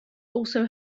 also